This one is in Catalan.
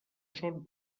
són